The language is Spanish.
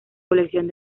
colección